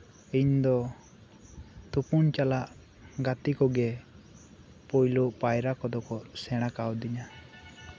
ᱫᱚ ᱛᱩᱯᱩᱱ ᱪᱟᱞᱟᱜ ᱜᱟᱛᱮ ᱠᱚᱜᱮ ᱯᱳᱭᱞᱳ ᱯᱟᱭᱨᱟ ᱠᱚᱫᱚ ᱠᱚ ᱥᱮᱬᱟ ᱠᱟᱣᱫᱤᱧᱟ